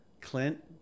clint